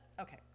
okay